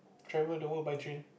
travel the world by train